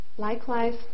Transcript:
Likewise